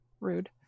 rude